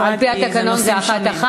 אחת-אחת, על-פי התקנון זה אחת-אחת.